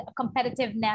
competitiveness